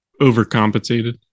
overcompensated